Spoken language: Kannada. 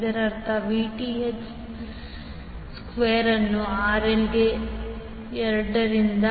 ಇದರರ್ಥ Vth ಸ್ಕ್ವೇರ್ ಅನ್ನು RL ಗೆ 2 ರಿಂದ